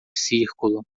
círculo